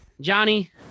johnny